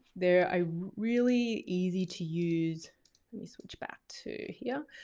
they are really easy to use, let me switch back to yeah